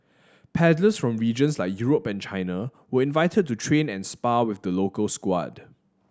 paddlers from regions like Europe and China were invited to train and spar with the local squad